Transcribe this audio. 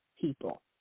people